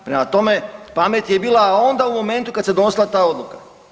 Prema tome, pamet je bila onda u momentu kad se donosila ta odluka.